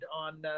on